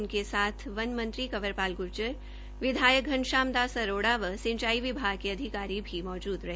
उनके साथ वन मंत्री कंवर पाल ग्र्जर विधायक घनश्याम दास आरोड़ा व सिंचाई विभाग के अधिकारी भी मौजूद रहे